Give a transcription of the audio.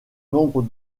nombre